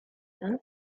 them